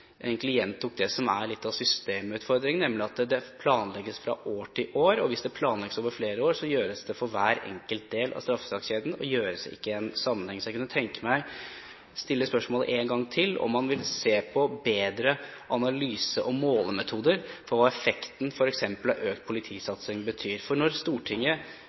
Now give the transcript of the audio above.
egentlig gjentok det som er litt av systemutfordringen, nemlig at det planlegges fra år til år, og hvis det planlegges over flere år, gjøres det for hver enkelt del av straffesakskjeden – det gjøres ikke i en sammenheng. Så jeg kunne tenke meg å stille spørsmålet én gang til: Vil man se på bedre analyse- og målemetoder for hva effekten f.eks. av økt politisatsing betyr? For når Stortinget